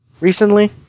recently